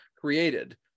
created